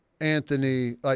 Anthony